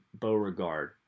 Beauregard